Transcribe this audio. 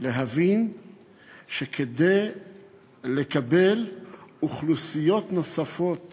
להבין שכדי לקבל אוכלוסיות נוספות